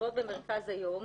משתלבות במרכז היום,